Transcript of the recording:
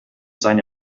seine